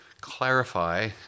clarify